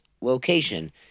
location